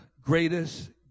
greatest